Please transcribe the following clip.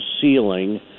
ceiling